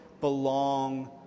belong